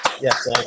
yes